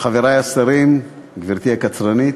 חברי השרים, גברתי הקצרנית,